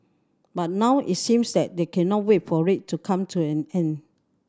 but now it seems they they cannot wait for it to come to an end